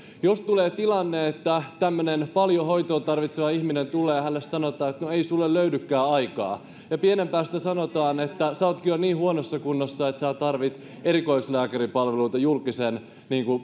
jos tulee tilanne että tämmöinen paljon hoitoa tarvitseva ihminen tulee ja hänelle sanotaan että no ei sinulle löydykään aikaa ja pienen hetken päästä sanotaan että sinä oletkin jo niin huonossa kunnossa että tarvitset erikoislääkäripalveluita julkiselle